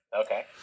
Okay